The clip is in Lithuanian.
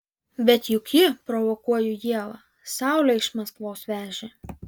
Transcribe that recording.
bet juk ji provokuoju ievą saulę iš maskvos vežė